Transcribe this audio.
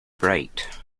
bright